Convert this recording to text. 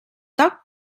toc